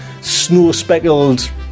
snow-speckled